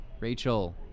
Rachel